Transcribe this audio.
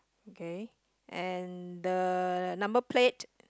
okay and the number plate